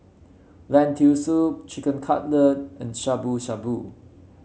Lentil Soup Chicken Cutlet and Shabu Shabu